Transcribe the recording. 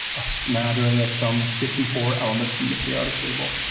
a smattering of some fifty four elements from the periodic table.